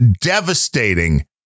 devastating